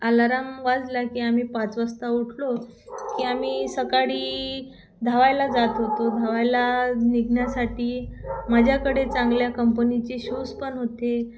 alarm वाजला की आम्ही पाच वाजता उठलो की आम्ही सकाळी धावायला जात होतो धावायला निघण्यासाठी माझ्याकडे चांगल्या कंपनीचे शूज पण होते